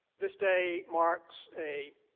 this day marks a